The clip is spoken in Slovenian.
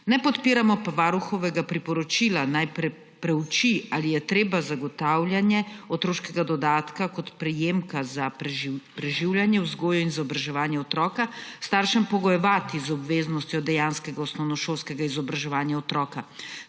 Ne podpiramo pa varuhovega priporočila, naj preuči, ali je treba zagotavljanje otroškega dodatka kot prejemka za preživljanje, vzgojo in izobraževanje otroka staršem pogojevati z obveznostjo dejanskega osnovnošolskega izobraževanja otroka.